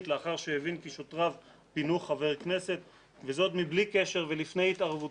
לאחר שהבין כי שוטריו פינו חבר כנסת וזאת מבלי קשר ולפני התערבותי.